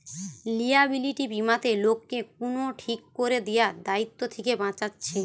liability বীমাতে লোককে কুনো ঠিক কোরে দিয়া দায়িত্ব থিকে বাঁচাচ্ছে